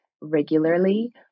regularly